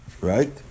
right